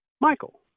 Michael